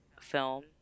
film